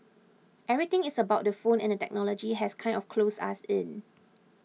everything is about the phone and the technology has kind of closed us in